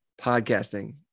podcasting